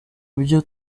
byo